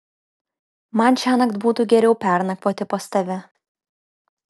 man šiąnakt būtų geriau pernakvoti pas tave